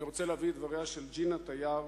אני רוצה להביא את דבריה של ג'ינה תייר,